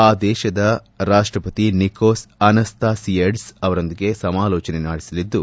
ಆದೇಶದ ರಾಷ್ಟಪತಿ Nicos Anastasiades ಅವರೊಂದಿಗೆ ಸಮಾಲೋಚನೆ ನಡೆಸಲಿದ್ದು